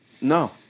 No